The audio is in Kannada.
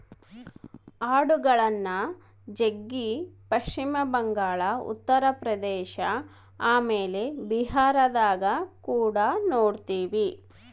ಆಡುಗಳ್ನ ಜಗ್ಗಿ ಪಶ್ಚಿಮ ಬಂಗಾಳ, ಉತ್ತರ ಪ್ರದೇಶ ಆಮೇಲೆ ಬಿಹಾರದಗ ಕುಡ ನೊಡ್ತಿವಿ